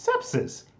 sepsis